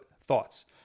Thoughts